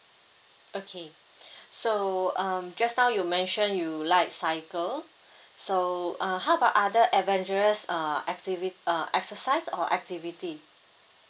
okay so um just now you mentioned you like cycle so uh how about other adventurous uh activi~ uh exercise or activity